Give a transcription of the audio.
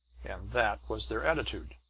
and that was their attitude,